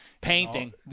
Painting